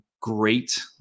great